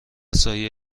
سایه